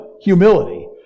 humility